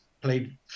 played